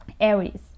Aries